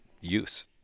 use